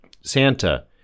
santa